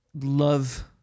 love